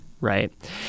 right